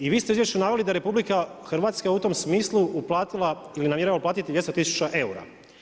I vi ste iz izvješća naveli da RH je u tom smislu uplatila ili namjerava uplatiti 20 tisuća eura.